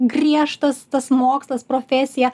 griežtas tas mokslas profesija